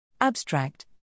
Abstract